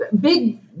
big